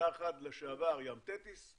אתר אחד לשעבר ים תטיס,